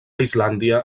islàndia